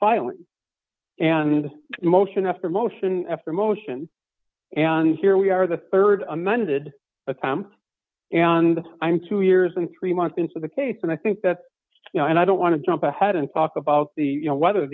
filing and motion after motion after motion and here we are the rd amended attempt and i'm two years and three months into the case and i think that you know and i don't want to jump ahead and talk about you know whether